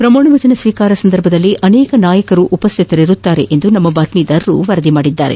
ಪ್ರಮಾಣವಚನ ಸ್ವೀಕಾರ ಸಂದರ್ಭದಲ್ಲಿ ಅನೇಕ ನಾಯಕರು ಉಪಶ್ಥಿತರಿರುವರು ಎಂದು ನಮ್ಮ ಬಾತ್ಮೀದಾರರು ವರದಿ ಮಾಡಿದ್ದಾರೆ